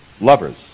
lovers